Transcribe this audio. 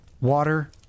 Water